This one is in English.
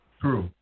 true